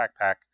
backpack